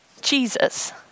Jesus